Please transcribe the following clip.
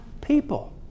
people